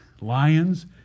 lions